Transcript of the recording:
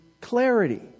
clarity